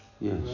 Yes